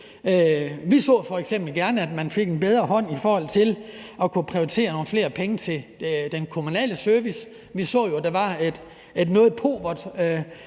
Vi så f.eks. gerne, at man fik en bedre hånd i forhold til at kunne prioritere nogle flere penge til den kommunale service. Vi så jo, at der var en noget